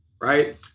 right